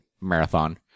marathon